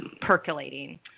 percolating